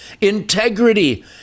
integrity